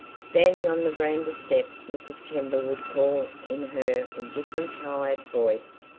standing on the veranda steps mrs. kember would call in her indifferent, tired voice,